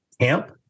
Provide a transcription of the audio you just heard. camp